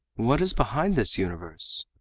what is behind this universe!